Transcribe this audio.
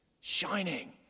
Shining